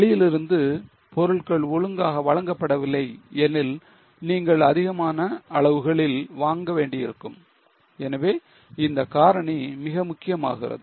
வெளியிலிருந்து பொருள்கள் ஒழுங்காக வழங்கப்படவில்லை எனில் நீங்கள் அதிகமான அளவுகளில் வாங்க வேண்டியிருக்கும் எனவே இந்த காரணி மிக முக்கியமாகிறது